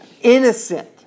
innocent